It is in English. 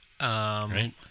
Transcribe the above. Right